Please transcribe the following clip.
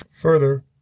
further